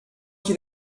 qui